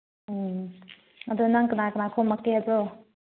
ꯎꯝ ꯑꯗꯨ ꯅꯪ ꯀꯅꯥ ꯀꯅꯥ ꯈꯣꯝꯃꯛꯀꯦꯕ꯭ꯔꯣ